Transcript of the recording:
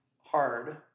hard